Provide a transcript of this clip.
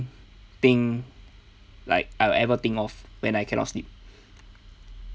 thing like I'll ever think of when I cannot sleep